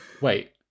wait